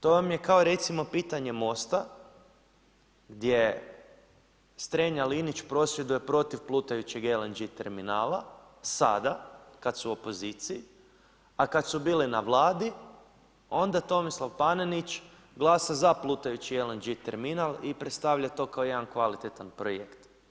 To vam je kao recimo pitanje MOST-a gdje Strenja-Linić prosvjeduje protiv plutajućeg LNG terminala sada kada su u opoziciji a kada su bili na Vladi onda Tomislav Panenić glasa za plutajući LNG terminal i predstavlja to kao jedan kvalitetan projekt.